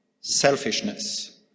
selfishness